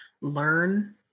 learn